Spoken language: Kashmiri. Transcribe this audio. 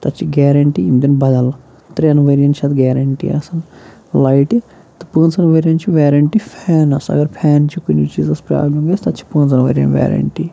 تَتھ چھِ گیرَنٹی یِم دِن بَدَل ترٛٮ۪ن ؤرِیَن چھِ اَتھ گیرَنٹی آسان لایٹہِ تہٕ پانٛژَن ؤریَن چھِ ویرَنٹی فینَس اگر فینچہِ کُنہِ چیٖزَس پرٛابلِم گژھہِ تَتھ چھِ پانٛژَن ؤرِیَن ویرَنٹی